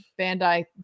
bandai